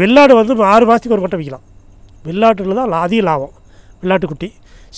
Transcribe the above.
வெள்ளாடு வந்து ஆறுமாதத்துக்கு ஒரு ஆட்டை விற்கலாம் வெள்ளாட்டில்தான் அதிக லாபம் வெள்ளாட்டு குட்டி